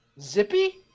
Zippy